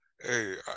hey